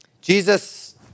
Jesus